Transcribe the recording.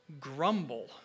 grumble